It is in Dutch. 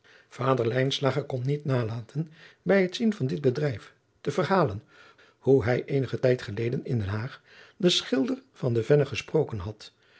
lijnslager kon niet nalaten bij het zien van dit bedrijf te verhalen hoe hij eenigen tijd geleden in den haag den schilder van de venne gesproken had